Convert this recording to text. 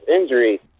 injury